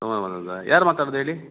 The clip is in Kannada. ಸುಮ್ಮನೆ ಬಂದದ್ದಾ ಯಾರು ಮಾತಾಡದು ಹೇಳಿ